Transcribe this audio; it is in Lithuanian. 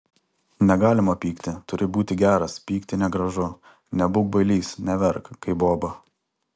negalima pykti turi būti geras pykti negražu nebūk bailys neverk kaip boba